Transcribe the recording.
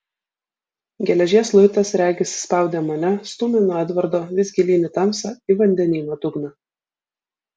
geležies luitas regis spaudė mane stūmė nuo edvardo vis gilyn į tamsą į vandenyno dugną